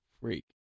freak